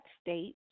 state